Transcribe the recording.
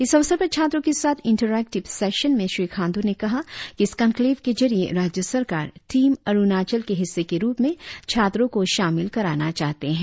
इस अवसर पर छात्रों के साथ इंटरैक्टिव सेशन में श्री खांडू ने कहा कि इस कनक्लेव के जरिए राज्य सरकार टीम अरुणाचल के हिस्से के रुप में छात्रों को शामिल कराना चाहते है